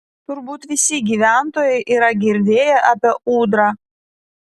turbūt visi gyventojai yra girdėję apie ūdrą